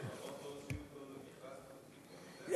לפחות לא הוציאו אותו למכרז,